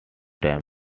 time